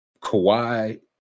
Kawhi